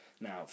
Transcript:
Now